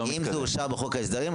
אם זה אושר בחוק ההסדרים,